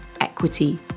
equity